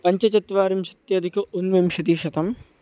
पञ्चचत्वारिंशत्यधिकं ऊनविंशतिशतम्